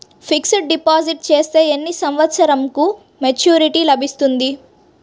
Fixed deposit చేస్తే ఎన్ని సంవత్సరంకు మెచూరిటీ లభిస్తుంది?